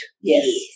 yes